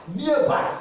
nearby